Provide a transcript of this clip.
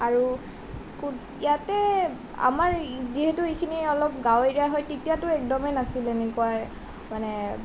আৰু ইয়াতে আমাৰ যিহেতু এইখিনি অলপ গাঁও এৰিয়া হয় তেতিয়াতো একদমেই নাছিল এনেকুৱা মানে